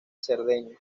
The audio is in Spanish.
cerdeña